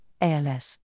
ALS